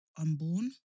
Unborn